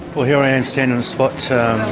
well, here i am standing on so but